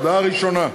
הודעה ראשונה,